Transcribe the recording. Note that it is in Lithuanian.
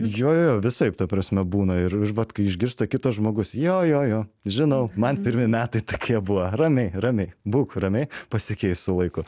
jo jo jo visaip ta prasme būna ir ir vat kai išgirsta kitas žmogus jo jo jo žinau man pirmi metai tokie buvo ramiai ramiai būk ramiai pasikeis su laiku